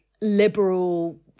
liberal